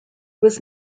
was